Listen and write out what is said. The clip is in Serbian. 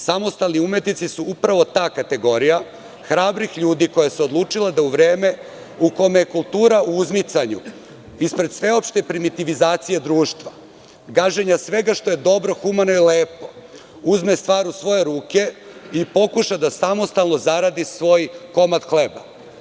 Samostalni umetnici su upravo ta kategorija hrabrih ljudi koja se odlučila da u vreme u kome je kultura u uzmicanju ispred sveopšte primitivizacije društva, gaženja svega što je dobro, humano i lepo, uzme stvar u svoje ruke i pokuša da samostalno zaradi svoj komad hleba.